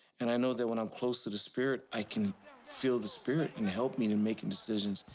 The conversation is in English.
and i know that when i'm close to the spirit i can feel the spirit and help me in and making decisions.